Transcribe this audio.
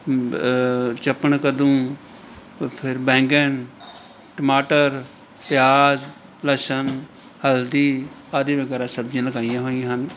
ਚੱਪਣ ਕੱਦੂ ਫ ਫਿਰ ਬੈਂਗਨ ਟਮਾਟਰ ਪਿਆਜ਼ ਲਸਣ ਹਲਦੀ ਆਦਿ ਵਗੈਰਾ ਸਬਜ਼ੀਆਂ ਲਗਾਈਆਂ ਹੋਈਆਂ ਹਨ